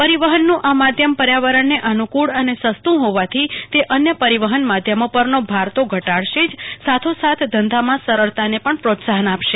પરિવફનનું આ માધ્યમપર્યાવરણને અનુકુળ અને સસ્તું હોવાથી તે અન્ય પરિવહન માધ્યમોપરનો ભાર તો ઘટાડશે જ સાથોસાથ ધંધામાં સરળતાને પણપ્રોત્સાહન આપશે